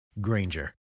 Granger